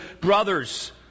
brothers